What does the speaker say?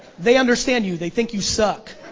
they understand you, they think you suck.